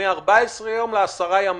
מ-14 יום לעשרה ימים,